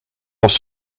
was